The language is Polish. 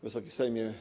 Wysoki Sejmie!